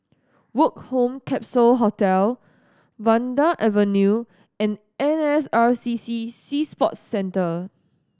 Woke Home Capsule Hostel Vanda Avenue and N S R C C Sea Sports Centre